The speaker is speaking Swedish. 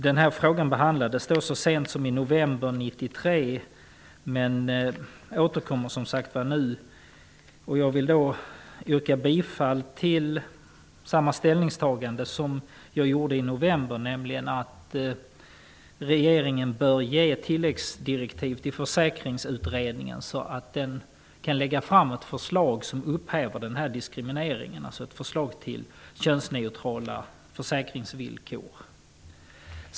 Denna fråga behandlades så sent som i november 1993, men återkommer som sagt var nu. Jag vill göra samma ställningstagande som jag gjorde i november: Regeringen bör ge tilläggsdirektiv till Försäkringsutredningen, så att den kan lägga fram ett förslag som upphäver denna diskriminering, dvs. ett förslag till könsneutrala försäkringsvillkor.